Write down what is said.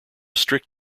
strict